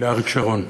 לאריק שרון.